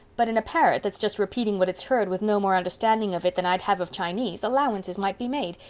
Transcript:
but in a parrot, that's just repeating what it's heard with no more understanding of it than i'd have of chinese, allowances might be made.